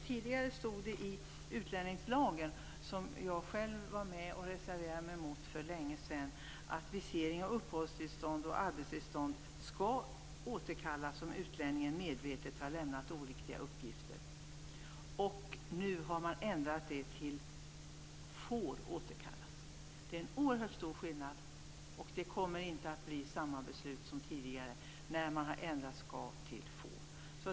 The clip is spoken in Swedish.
Tidigare stod det i utlänningslagen något som jag själv var med och reserverade mig emot för länge sedan. Det stod att visering av uppehållstillstånd och arbetstillstånd skall återkallas om utlänningen medvetet har lämnat oriktiga uppgifter. Nu har man ändrat det till får återkallas. Det är en oerhört stor skillnad. Det kommer inte att bli samma beslut som tidigare när man har ändrat skall till får.